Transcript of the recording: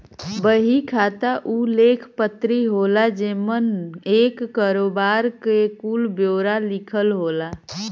बही खाता उ लेख पत्री होला जेमन एक करोबार के कुल ब्योरा लिखल होला